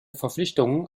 verpflichtungen